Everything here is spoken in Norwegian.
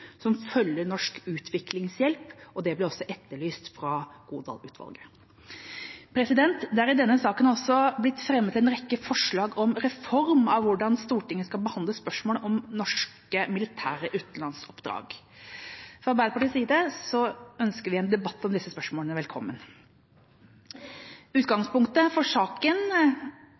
som følger norsk utviklingshjelp – og det blir også etterlyst av Godal-utvalget. Det er i denne saken også blitt fremmet en rekke forslag om reform av hvordan Stortinget skal behandle spørsmål om norske militære utenlandsoppdrag. Fra Arbeiderpartiets side ønsker vi en debatt om disse spørsmålene velkommen. Utgangspunktet for saken